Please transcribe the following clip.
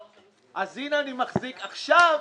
הנה, אני מחזיק את הפרוטוקול.